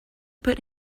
put